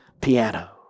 piano